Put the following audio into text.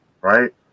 right